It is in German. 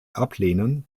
ablehnen